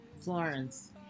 Florence